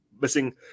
missing